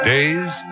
Days